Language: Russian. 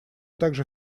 также